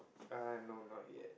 uh no not yet